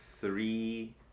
three